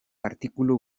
artikulu